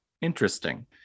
interesting